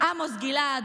עמוס גלעד,